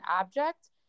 object